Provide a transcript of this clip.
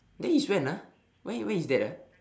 that is when ah when when is that ah